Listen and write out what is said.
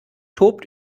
tobt